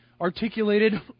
articulated